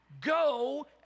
Go